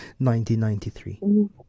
1993